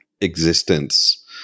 existence